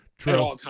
True